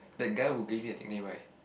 that guy who gave me that name right